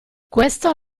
questo